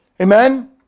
Amen